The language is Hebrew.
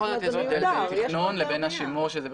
יש הבדל בין תכנון לבין השימוש.